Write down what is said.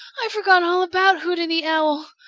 i forgot all about hooty the owl!